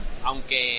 Aunque